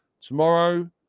tomorrow